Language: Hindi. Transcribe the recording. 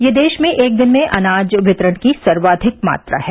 यह देश में एक दिन में अनाज वितरण की सर्वाधिक मात्रा है